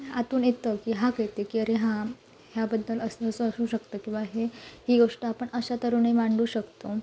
आतून येतं की हाक येतं की अरे हां ह्याबद्दल असं असं असू शकतं किंवा हे ही गोष्ट आपण अशा तऱ्हेने मांडू शकतो